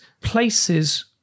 places